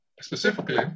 Specifically